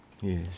yes